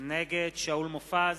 נגד שאול מופז,